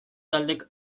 taldek